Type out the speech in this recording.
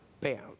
bam